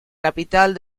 capital